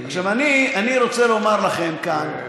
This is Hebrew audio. אני רוצה לומר לכם כאן,